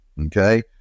okay